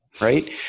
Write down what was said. right